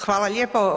Hvala lijepo.